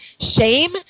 shame